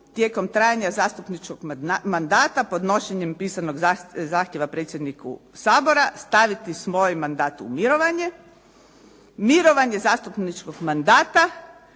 tijekom trajanja zastupničkog mandata podnošenjem pisanog zahtjeva predsjedniku Sabora staviti svoj mandat u mirovanje. Mirovanje zastupničkog mandata